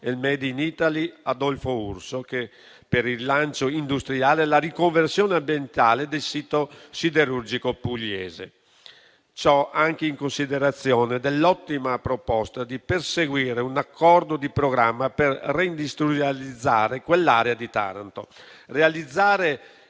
e del *made in Italy* Adolfo Urso per il lancio industriale e la riconversione ambientale del sito siderurgico pugliese, anche in considerazione dell'ottima proposta di perseguire un accordo di programma per reindustrializzare quell'area di Taranto. Realizzare